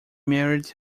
married